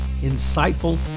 insightful